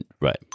Right